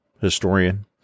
historian